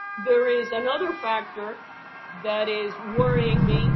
there is another factor that is worrying me